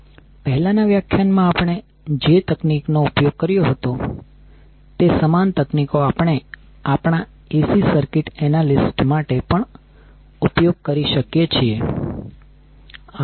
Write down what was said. પહેલાનાં વ્યાખ્યાનોમાં આપણે જે તકનીકો નો ઉપયોગ કર્યો છે તે સમાન તકનીકો આપણે આપણા AC સર્કિટ એનાલિસ્ટ માટે પણ ઉપયોગ કરી શકીએ છીએ